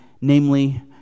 Namely